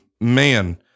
man